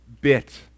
bit